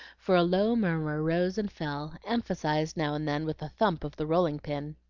for a low murmur rose and fell, emphasized now and then with a thump of the rolling-pin.